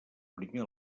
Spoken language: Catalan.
primer